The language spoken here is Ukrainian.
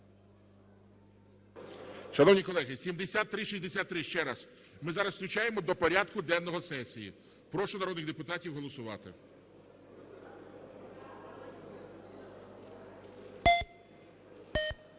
Шановні колеги, 7363. Ще раз, ми зараз включаємо до порядку денного сесії. Прошу народних депутатів голосувати.